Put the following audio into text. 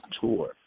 tour